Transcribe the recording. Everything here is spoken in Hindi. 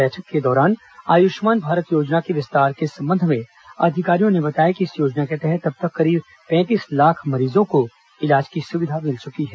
बैठक के दौरान आयुष्मान भारत योजना के विस्तार के संबंध में अधिकारियों ने बताया कि इस योजना के तहत अब तक करीब पैंतीस लाख मरीजों को इलाज की सुविधा मिल चुकी है